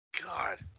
god